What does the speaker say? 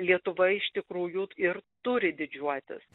lietuva iš tikrųjų ir turi didžiuotis